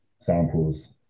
samples